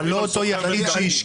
אבל לא אותו יחיד שהשקיע.